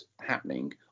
happening